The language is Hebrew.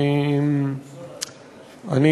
תודה לך,